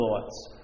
thoughts